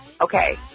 Okay